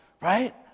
right